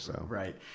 Right